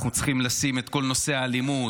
אנחנו צריכים לשים את כל נושא האלימות,